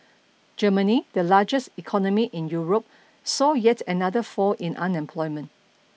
Germany the largest economy in Europe saw yet another fall in unemployment